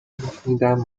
میشنیدم